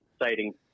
Exciting